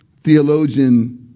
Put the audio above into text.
theologian